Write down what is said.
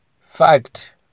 fact